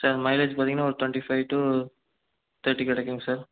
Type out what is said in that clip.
sir mileage பார்த்தீங்கன்னா ஒரு twenty five to thirty கிடைக்குங்க சார்